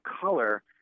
color